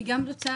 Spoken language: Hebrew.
אני גם רוצה,